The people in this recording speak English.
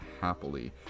happily